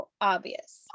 obvious